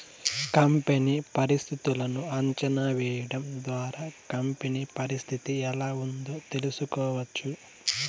company పరిస్థితులను అంచనా వేయడం ద్వారా కంపెనీ పరిస్థితి ఎలా ఉందో తెలుసుకోవచ్చు